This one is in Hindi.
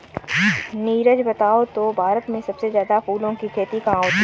नीरज बताओ तो भारत में सबसे ज्यादा फूलों की खेती कहां होती है?